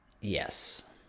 Yes